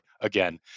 Again